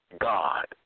God